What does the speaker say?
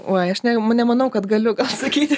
oi aš neimu nemanau kad galiu sakyti